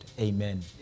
amen